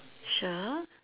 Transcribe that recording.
sure